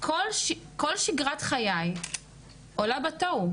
כל שגרת חיי עולה בתוהו,